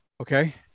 okay